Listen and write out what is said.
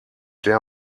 der